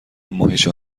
ماهیچه